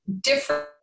different